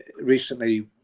Recently